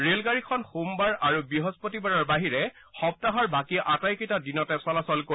ৰেলগাড়ীখন সোমবাৰ আৰু বৃহস্পতিবাৰৰ বাহিৰে সপ্তাহৰ বাকী আটাইকেইটা দিনতে চলাচল কৰিব